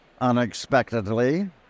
unexpectedly